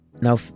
Now